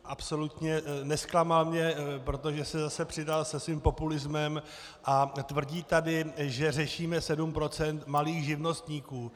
Absolutně, nezklamal mě, protože se zase přidal se svým populismem a tvrdí tady, že řešíme sedm procent malých živnostníků.